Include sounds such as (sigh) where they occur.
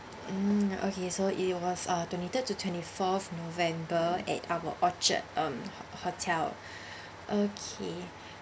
mm okay so it was uh twenty third to twenty fourth november at our orchard um hotel (breath) okay